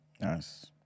Nice